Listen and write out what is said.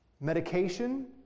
Medication